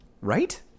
right